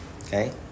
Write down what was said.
Okay